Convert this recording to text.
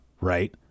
right